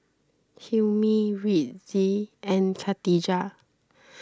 Hilmi Rizqi and Katijah